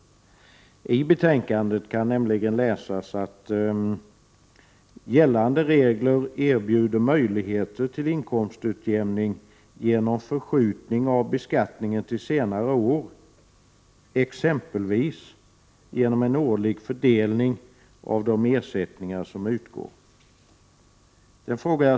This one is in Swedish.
I betänkandet kan nämligen läsas att ”gällande regler erbjuder möjligheter till inkomstutjämning genom pensionsförsäkring eller genom förskjutning av beskattningen till senare år, exempelvis genom en årlig fördelning av de ersättningar som utgår”.